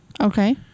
Okay